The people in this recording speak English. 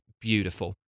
beautiful